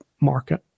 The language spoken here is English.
market